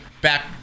back